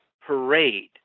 Parade